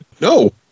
No